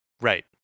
Right